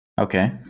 Okay